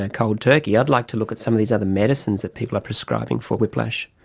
ah cold turkey, i'd like to look at some of these other medicines that people are prescribing for whiplash.